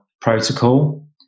protocol